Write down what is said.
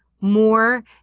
more